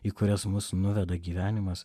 į kurias mus nuveda gyvenimas